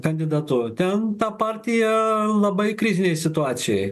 kandidatu ten ta partija labai krizinėj situacijoj